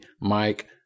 Mike